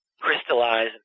crystallize